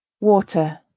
Water